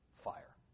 fire